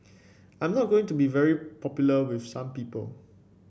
I am not going to be very popular with some people